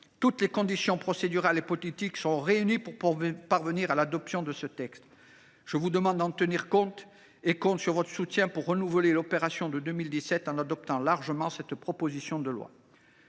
Toutes les conditions procédurales et politiques sont donc réunies pour parvenir à l’adoption de ce texte. Je vous demande d’en prendre acte et je compte sur votre soutien pour renouveler l’opération de 2017 en adoptant largement cette proposition de loi.